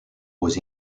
was